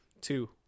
two